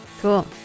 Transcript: Cool